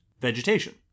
vegetation